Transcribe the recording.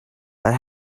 but